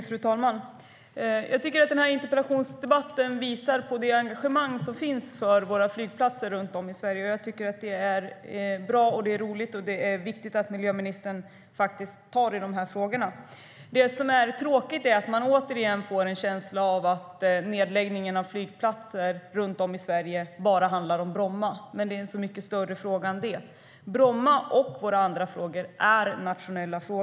Fru talman! Jag tycker att denna interpellationsdebatt visar på det engagemang som finns för våra flygplatser runt om i Sverige. Det är bra och roligt, och det är viktigt att miljöministern faktiskt tar tag i dessa frågor. Det som är tråkigt är att man återigen får en känsla av att frågan om nedläggning av flygplatser runt om i Sverige bara handlar om Bromma. Men det är en mycket större fråga än så. Frågan om Bromma och våra andra flygplatser är nationell.